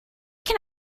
can